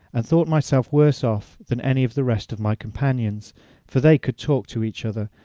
and thought myself worse off than any of the rest of my companions for they could talk to each other,